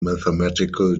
mathematical